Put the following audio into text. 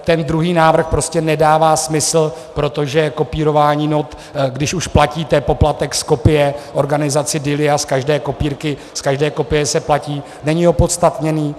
Ten druhý návrh prostě nedává smysl, protože kopírování not, když už platíte poplatek z kopie organizaci DILIA z každé kopírky, z každé kopie se platí, není opodstatněný.